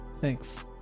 Thanks